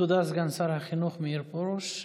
תודה, סגן שר החינוך מאיר פרוש.